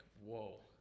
whoa